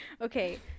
okay